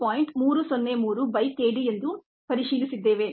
303 by k d ಎಂದು ಪರಿಶೀಲಿಸಿದ್ದೇವೆ